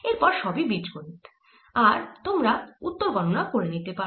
এরপর সবই বীজগণিত আর তোমরা উত্তর গণনা করে নিতে পারো